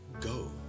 Go